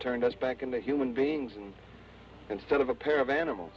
turned us back into human beings and instead of a pair of animals